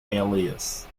elias